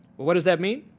what does that mean?